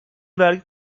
vergi